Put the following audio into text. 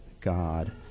God